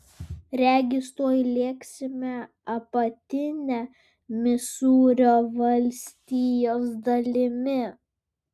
regis tuoj lėksime apatine misūrio valstijos dalimi